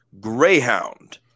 Greyhound